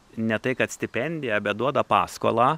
ne tai kad stipendiją bet duoda paskolą